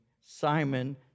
Simon